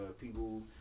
people